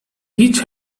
each